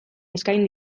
eskain